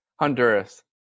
Honduras